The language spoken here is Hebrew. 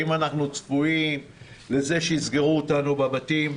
האם אנחנו צפויים לזה שיסגרו אותנו בבתים?